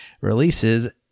releases